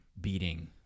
beating